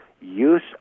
use